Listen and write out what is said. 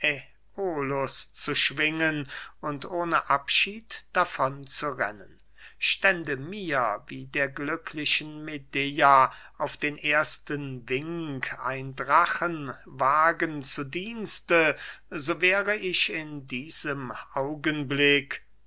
äolus zu schwingen und ohne abschied davon zu rennen stände mir wie der glücklichen medea auf den ersten wink ein drachenwagen zu dienste so wäre ich in diesem augenblick